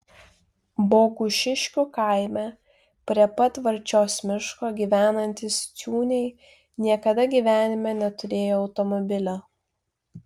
bogušiškių kaime prie pat varčios miško gyvenantys ciūniai niekada gyvenime neturėjo automobilio